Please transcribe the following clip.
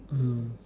mmhmm